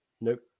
nope